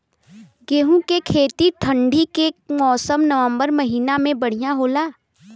गेहूँ के खेती ठंण्डी के मौसम नवम्बर महीना में बढ़ियां होला?